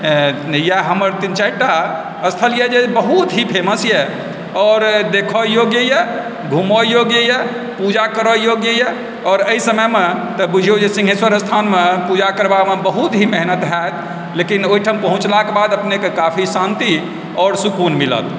इएह हमर तीन चारिटा स्थल यऽ जे बहुत ही फेमस यऽ आओर देखऽ योग्य यऽ घुमै योग्य यऽ पूजा करऽ योग्य यऽ आओर एहि समयमे बुझियौ तऽ सिङ्घेश्वर स्थानमे पूजा करबामे बहुत ही मेहनत होएत लेकिन ओहिठाम पहुँचलाके बाद अपनेके काफी शान्ति आओर सुकून मिलत